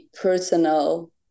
personal